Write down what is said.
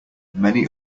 many